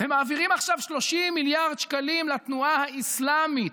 הם מעבירים עכשיו 30 מיליארד שקלים לתנועה האסלאמית,